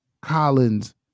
Collins